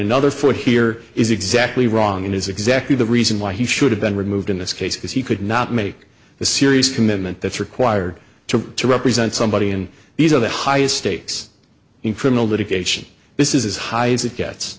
another foot here is exactly wrong and is exactly the reason why he should have been removed in this case because he could not make the serious commitment that's required to to represent somebody and these are the highest stakes in criminal litigation this is as high as it